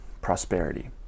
prosperity